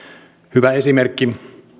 hyvä esimerkki